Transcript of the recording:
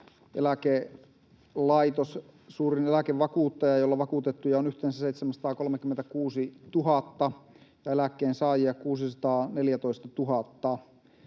suurin eläkevakuuttaja, jolla vakuutettuja on yhteensä 736 000 ja eläkkeensaajia 614 000.